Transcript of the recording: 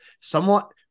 somewhat